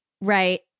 right